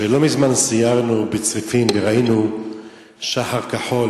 לא מזמן סיירנו בצריפין וראינו את "שח"ר כחול".